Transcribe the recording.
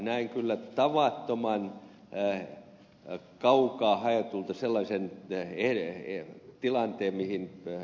näen kyllä tavattoman kaukaa haetulta sellaisen tilanteen mihin ed